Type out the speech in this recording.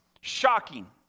shocking